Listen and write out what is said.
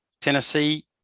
tennessee